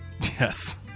Yes